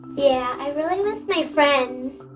yeah, i really miss my friends.